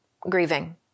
grieving